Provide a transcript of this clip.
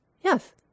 Yes